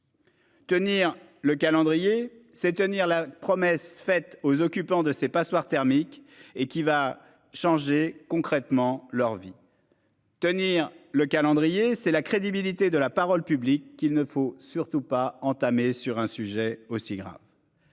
Tenir le calendrier, c'est tenir la promesse faite aux occupants de ces passoires thermiques et qui va changer concrètement leur vie. Tenir le calendrier, c'est la crédibilité de la parole publique qu'il ne faut surtout pas entamé sur un sujet aussi grave.